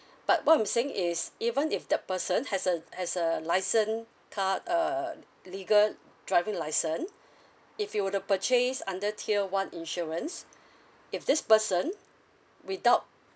but what I'm saying is even if that person has a has a licence car err legal driving licence if you were to purchase under tier one insurance if this person without